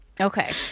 Okay